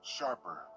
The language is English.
Sharper